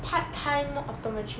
part time optometry